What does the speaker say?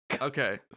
Okay